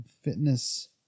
fitness